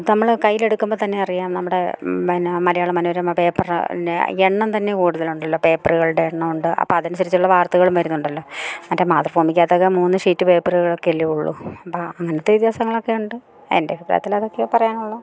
അത് നമ്മള് കയ്യിൽ എടുക്കുമ്പം തന്നെ അറിയാം നമ്മുടെ എന്നാ മലയാള മനോരമ പേപ്പറിന് എണ്ണം തന്നെ കൂടുതൽ ഉണ്ടല്ലൊ പേപ്പറുകളുടെ എണ്ണം ഉണ്ട് അപ്പം അതനുസരിച്ചുള്ള വാർത്തകളും വരുന്നുണ്ടല്ലൊ മറ്റേ മാതൃഭൂമിക്കാത്തൊക്കെ മൂന്ന് ഷീറ്റ് പേപ്പറ്കളൊക്കെല്ലേയുള്ളു അപ്പം അങ്ങനത്തെ വ്യത്യാസങ്ങൾ ഒക്കെ ഉണ്ട് എൻ്റെ അഭിപ്രായത്തിലതൊക്കെ പറയാനുള്ളു